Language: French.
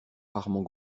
rarement